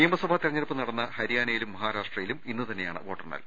നിയമസഭാ തെരഞ്ഞെടുപ്പ് നടന്ന ഹരിയാനയിലും മഹാരാഷ്ട്ര യിലും ഇന്നുതന്നെയാണ് വോട്ടെണ്ണൽ